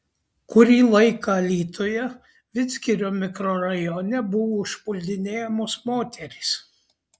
kurį laiką alytuje vidzgirio mikrorajone buvo užpuldinėjamos moterys